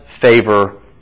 favor